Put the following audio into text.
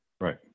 Right